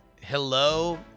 hello